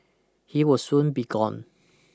he will soon be gone